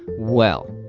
well,